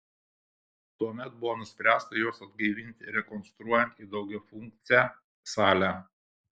tuomet buvo nuspręsta juos atgaivinti rekonstruojant į daugiafunkcę salę